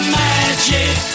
magic